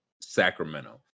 Sacramento